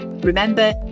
Remember